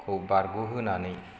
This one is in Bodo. खौ बारगहोनानै